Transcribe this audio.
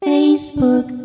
Facebook